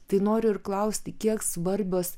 tai noriu ir klausti kiek svarbios